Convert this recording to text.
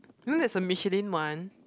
you know there's a michelin one